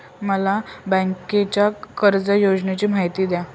मला बँकेच्या कर्ज योजनांची माहिती द्या